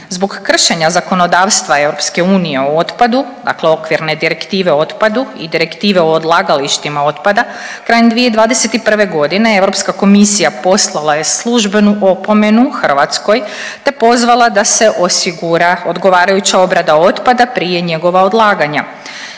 Zbog kršenja zakonodavstva EU o otpadu, dakle Okvirne direktive o otpadu i Direktive o odlagalištima otpada krajem 2021. godine Europska komisija poslala je službenu opomenu Hrvatskoj, te pozvala da se osigura odgovarajuća obrada otpada prije njegova odlaganja.